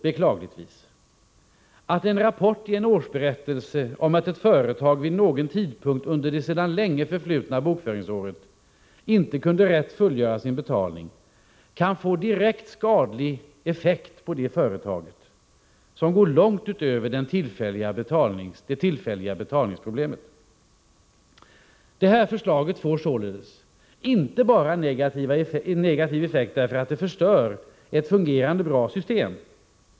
En rapport i en årsberättelse om att ett företag vid någon tidpunkt under det sedan länge förflutna bokföringsåret inte rätt kunde fullgöra sin betalning kan, beklagligtvis, tvärtom få direkt skadlig effekt på företaget, som går långt utöver det tillfälliga betalningsproblemet. Regeringens förslag får således inte bara negativa konsekvenser därför att det förstör ett fungerande, bra system.